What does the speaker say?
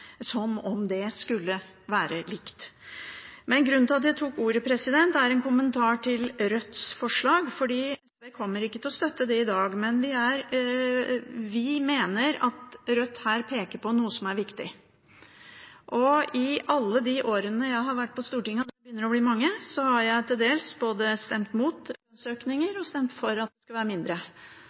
som om det skulle være likt. Grunnen til at jeg tok ordet, er at jeg har en kommentar til Rødts forslag. SV kommer ikke til å støtte det i dag, men vi mener at Rødt her peker på noe som er viktig. I alle de årene jeg har vært på Stortinget – det begynner å bli mange – har jeg både stemt imot lønnsøkninger og stemt for at de skal være mindre.